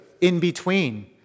in-between